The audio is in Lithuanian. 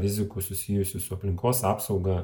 rizikų susijusių su aplinkos apsauga